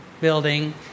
building